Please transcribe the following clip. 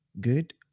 good